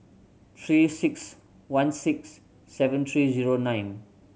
Three Six One six seven three zero nine